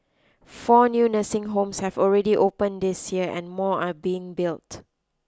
four new nursing homes have already open this year and more are being built